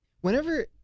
Whenever